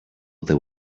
there